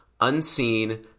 unseen